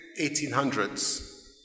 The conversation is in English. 1800s